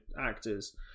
actors